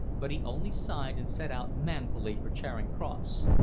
but he only sighed and set out manfully for charing cross.